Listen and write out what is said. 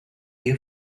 you